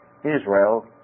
Israel